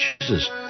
Jesus